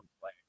play